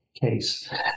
case